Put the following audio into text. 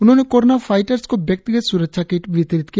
उन्होंने corona fighters को व्यक्तिगत स्रक्षा किट वितरित किया